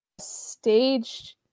Staged